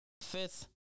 Fifth